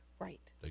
right